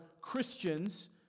Christians